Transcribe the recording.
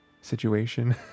situation